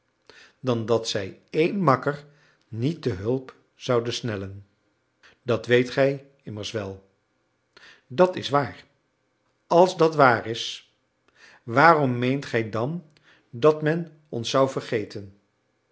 dan dat zij één makker niet te hulp zouden snellen dat weet gij immers wel dat is waar als dat waar is waarom meent gij dan dat men ons zou vergeten